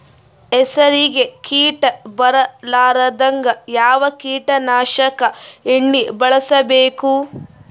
ಹೆಸರಿಗಿ ಕೀಟ ಬರಲಾರದಂಗ ಯಾವ ಕೀಟನಾಶಕ ಎಣ್ಣಿಬಳಸಬೇಕು?